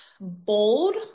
bold